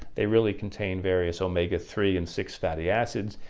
they really contain various omega three and six fatty acids.